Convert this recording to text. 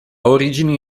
origini